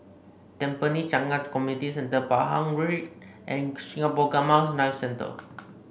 Tampine Changkat Community Centre Pahang Street and Singapore Gamma Knife Centre